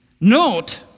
Note